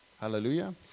Hallelujah